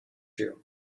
you